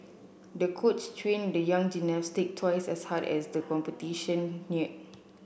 the coach trained the young gymnastic twice as hard as the competition neared